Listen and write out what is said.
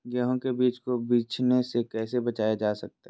गेंहू के बीज को बिझने से कैसे बचाया जा सकता है?